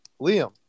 liam